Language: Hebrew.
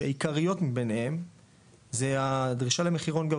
שהעיקריות ביניהן זה הדרישה למחירון גבוה,